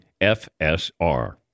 FSR